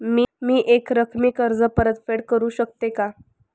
मी एकरकमी कर्ज परतफेड करू शकते का?